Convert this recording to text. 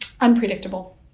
unpredictable